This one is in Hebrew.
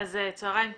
אז צהריים טובים.